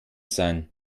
sein